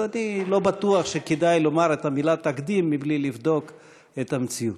אז אני לא בטוח שכדאי לומר את המילה "תקדים" מבלי לבדוק את המציאות.